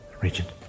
Regent